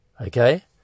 Okay